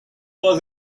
was